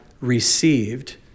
received